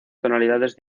tonalidades